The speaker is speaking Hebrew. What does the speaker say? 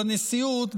של הנשיאות,